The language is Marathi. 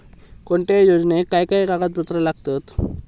कोणत्याही योजनेक काय काय कागदपत्र लागतत?